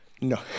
No